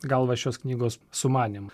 galva šios knygos sumanymą